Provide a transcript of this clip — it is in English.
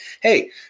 hey